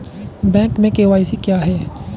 Bank में KYC क्या है?